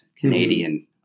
Canadian